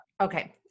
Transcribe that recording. okay